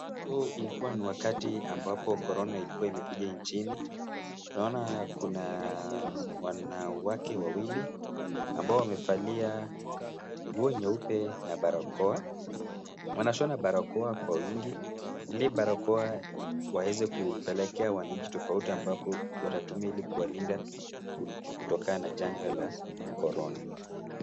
Huu ilikua ni wakati ambapo corona ilikua imekuja nchini, naona kuna wanawake wawili ambao wamevalia nguo nyeupe na barakoa. Wanashona barakoa kwa wingi ili barakoa waweze kupelekea wananchi tofauti ambapo watatumia ili kuwalinda kutokana na janga la corona .